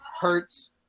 Hurts